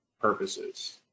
purposes